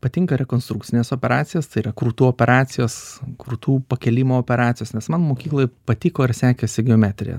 patinka rekonstrukcinės operacijos tai yra krūtų operacijos krūtų pakėlimo operacijos nes man mokykloj patiko ir sekėsi geometrija